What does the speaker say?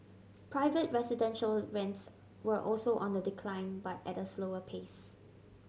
private residential rents were also on the decline but at a slower pace